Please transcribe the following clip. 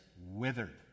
withered